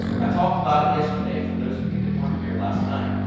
i talked about it yesterday for those of you that weren't here last night.